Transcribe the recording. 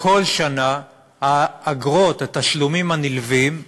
כל שנה האגרות, התשלומים הנלווים מהסטודנטים,